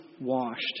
washed